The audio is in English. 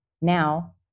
now